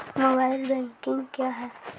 Mobile banking क्या हैं?